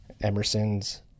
Emerson's